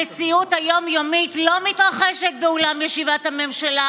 המציאות היום-יומית לא מתרחשת באולם ישיבת הממשלה,